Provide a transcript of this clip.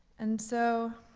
and so,